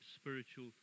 spiritual